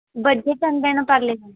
budget ఎంతైనా పర్లేదండి